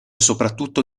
soprattutto